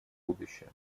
будущее